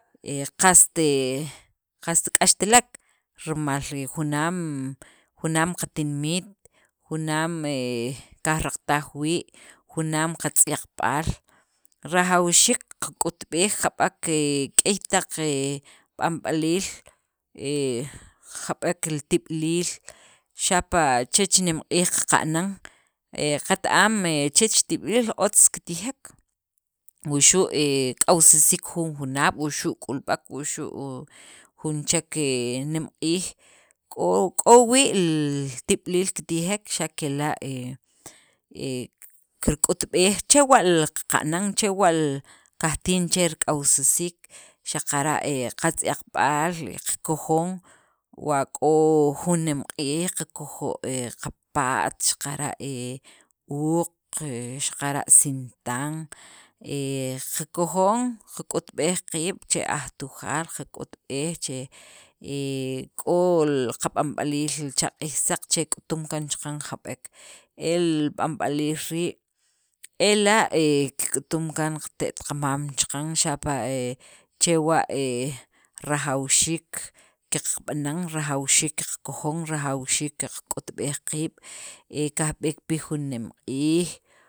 He qast he qast k'axtilek, rimal junaam junaam qatinimet, junaam he qajraqataj wii', junaam qatz'yaqb'al, rajawxiik qak'utb'ej jab'ek he k'ey taq he b'anb'aliil he jab'ek li tib'iliil xapa' chech nemq'iij qa'nan he qet- am chech tib'iliil otz kitijek, wuxu' he k'awsisiik jun junaab', wuxu' k'ulb'ek, wuxu' jun chek nemq'iij k'o wii' li tib'iliil kitijek xa' kela' he kirkutb'ej chewa' li qana'n chewa' li kajatijin che rak'awsisiik xaqara' qatz'yaqb'al qakojon wa k'o jun nemq'iij qakojo' he qapa't, xaqara' he uuq, xaqara' sintan he qakojon, qak'utb'ej che qiib' aj tujaal qak'utb'ej che he k'o qabanb'aliil cha q'iij saq, che k'utum kaan chaqan jab'ek e li b'anb'aliil rii' ela' e kik'utum kaan qate't qamaam chaqan xapa' he chewa' he rajawxiik qab'anan, rajawxiik qakojon, rajwxiik qak'utbej qibi' qajb'eek pi jun nemq'iij.